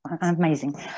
Amazing